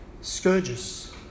scourges